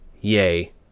Yay